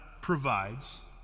provides